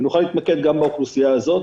ונוכל להתמקד גם באוכלוסייה הזאת